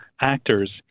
actors